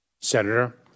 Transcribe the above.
Senator